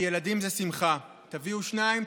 הוא "ילדים זה שמחה": "תביאו שניים,